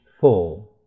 Four